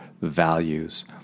values